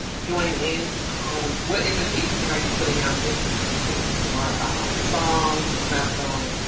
join in. so what invitation are you putting out there for people? for song, for snapco,